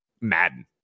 Madden